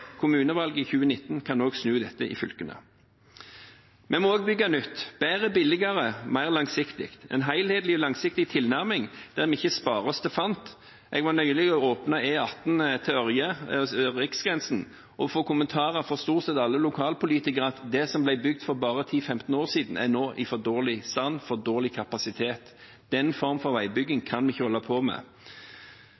Kommunevalget i 2019 kan også snu dette i fylkene. Vi må også bygge nytt, bedre, billigere, mer langsiktig og med en helhetlig, langsiktig tilnærming der vi ikke sparer oss til fant. Jeg var nylig og åpnet E18 Ørje–riksgrensen, og fikk kommentarer fra stort sett alle lokalpolitikerne om at det som ble bygd for bare 10–15 år siden, nå er i for dårlig stand og har for dårlig kapasitet. Den form for veibygging